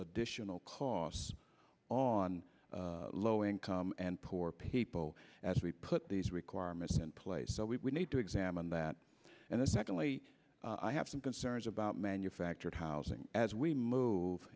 additional costs on low income and poor people as we put these requirements in place so we need to examine that and then secondly i have some concerns about manufactured housing as we move